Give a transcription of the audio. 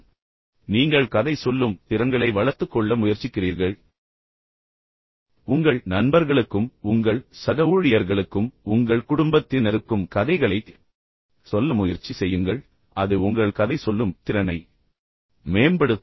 நீங்கள் அதைச் செய்யும்போது நீங்கள் கதை சொல்லும் திறன்களை வளர்த்துக் கொள்ள முயற்சிக்கிறீர்கள் நீங்கள் எப்படி கதை சொல்லும் திறனை வளர்த்துக் கொள்கிறீர்கள் இது ஒரு கதையைச் சொல்வதைப் போன்றது உண்மையில் உங்கள் நண்பர்களுக்கும் உங்கள் சக ஊழியர்களுக்கும் உங்கள் குடும்ப உறுப்பினர்களுக்கும் கதைகளைச் சொல்ல முயற்சி செய்யுங்கள் அது உங்கள் கதை சொல்லும் திறனை மேம்படுத்தும்